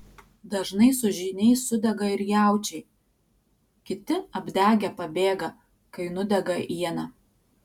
dažnai su žyniais sudega ir jaučiai kiti apdegę pabėga kai nudega iena